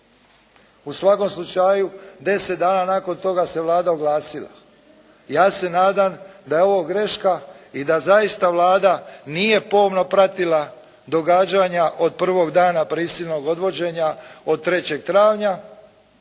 U svakom slučaju, 10 dana nakon toga se Vlada oglasila. Ja se nadam da je ovo greška i da zaista Vlada nije pomno pratila događanja od prvog dana prisilnog odvođenja od 3. travnja,